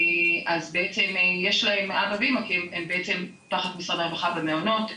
אז הם בעצם תחת משרד הרווחה ומעונות,